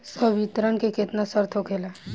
संवितरण के केतना शर्त होखेला?